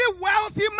wealthy